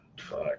Fuck